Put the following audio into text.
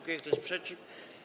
Kto jest przeciw?